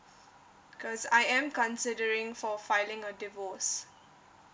cause I am considering for filing a divorce